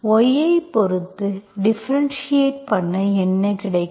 y ஐப் பொறுத்து differentiate பண்ண என்ன கிடைக்கும்